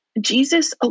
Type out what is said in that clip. Jesus